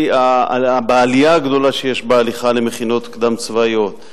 בעלייה הגדולה שיש בהליכה למכינות קדם-צבאיות,